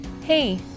Hey